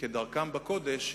כדרכם בקודש,